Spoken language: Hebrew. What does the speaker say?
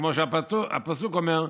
כמו שהפסוק אומר,